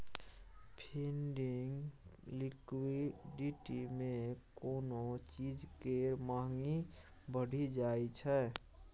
funding liquidity मे कोनो चीज केर महंगी बढ़ि जाइ छै